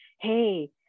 hey